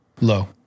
Low